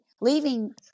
leaving